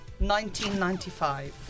1995